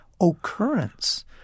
occurrence